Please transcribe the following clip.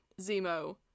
Zemo